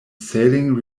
sailing